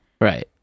right